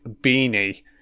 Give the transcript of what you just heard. beanie